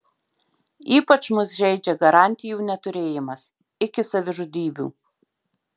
ypač mus žeidžia garantijų neturėjimas iki savižudybių